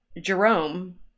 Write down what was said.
Jerome